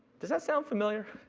does that sound familiar?